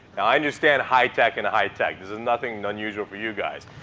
i understand high tech and high tech. this is and nothing unusual for you guys.